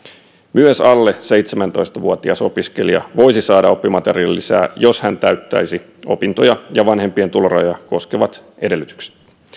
myös alle seitsemäntoista vuotias opiskelija voisi saada oppimateriaalilisää jos hän täyttäisi opintoja ja vanhempien tulorajoja koskevat edellytykset